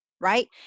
right